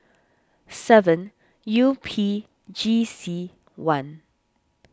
seven U P G C one